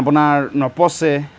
আপোনাৰ নপঁচে